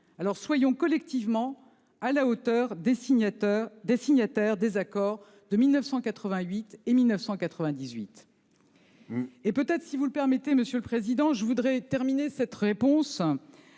Alors, soyons collectivement à la hauteur des signataires des accords de 1988 et 1998. Enfin, si vous le permettez, monsieur le président, je voudrais terminer mon propos